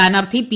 സ്ഥാനാർത്ഥി പി